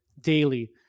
daily